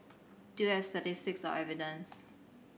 do you have statistics or evidence